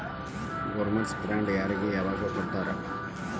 Government bond ಯಾರಿಗೆ ಯಾವಗ್ ಕೊಡ್ತಾರ?